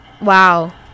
Wow